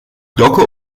glocke